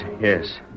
yes